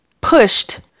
pushed